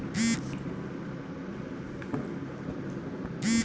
bank में हिंदी पखवाड़ा भी मनावल जाला